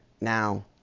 Now